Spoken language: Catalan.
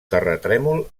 terratrèmol